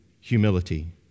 humility